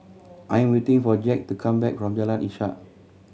I'm waiting for Jax to come back from Jalan Ishak